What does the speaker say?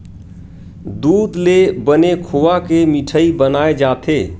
दूद ले बने खोवा के मिठई बनाए जाथे